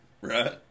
Right